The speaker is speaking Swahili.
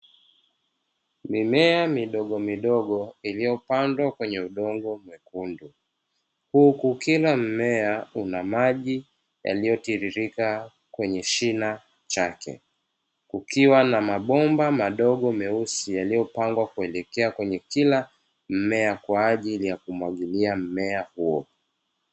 Mimea midogomidogo, iliyopandwa kwenye udongo mwekundu. Huku kila mmea una maji, yaliyotiririka kwenye shina chake. Kukiwa na mabomba madogo meusi yaliyopangwa kuelekea kwenye kila mmea, kwa ajili ya kumwagilia mmea huo.